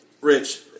Rich